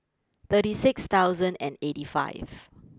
thirty six thousand and eighty five